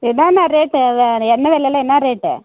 என்னென்ன ரேட்டு வேறு எண்ணெய் வெலைல்லாம் என்ன ரேட்டு